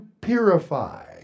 purify